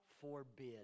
forbid